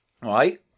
right